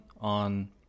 on